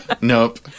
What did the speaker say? Nope